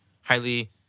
highly